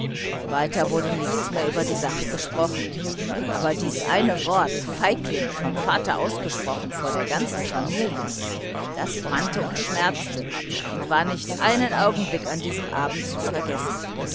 weiter wurde nichts mehr über die sache gesprochen aber dies eine wort feigling vom vater ausgesprochen vor der ganzen familie das brannte und schmerzte und war nicht einen augenblick an diesem abend zu vergessen